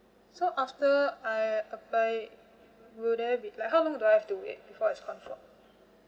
so after I apply will there be like how long do I have to wait before it's confirmed